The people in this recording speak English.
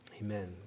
Amen